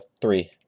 three